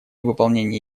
выполнения